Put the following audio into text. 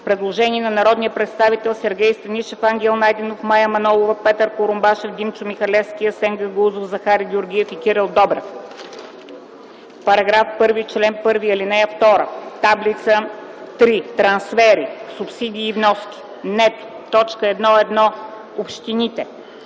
Предложение на народните представители Сергей Станишев, Ангел Найденов, Мая Манолова, Петър Курумбашев, Димчо Михалевски, Асен Гагаузов, Захари Георгиев и Кирил Добрев: „В § 1, чл. 1, ал. 2, таблицата, ІІІ. Трансфери (Субсидии и вноски) – нето, т. 1.1. Общините,